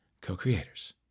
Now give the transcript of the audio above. co-creators